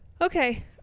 Okay